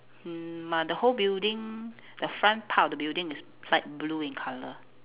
mm the whole building the front part of the building is light blue in colour